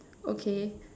okay